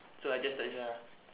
so I just start this one ah